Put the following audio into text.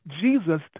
Jesus